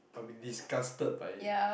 disgusted by it